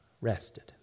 rested